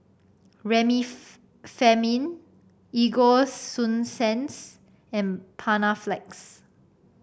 Remifemin Ego Sunsense and Panaflex